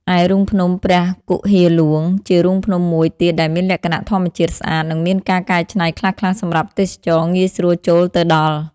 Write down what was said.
ឯ រូងភ្នំព្រះគុហារហ្លួង ជារូងភ្នំមួយទៀតដែលមានលក្ខណៈធម្មជាតិស្អាត និងមានការកែច្នៃខ្លះៗសម្រាប់ទេសចរណ៍ងាយស្រួលចូលទៅដល់។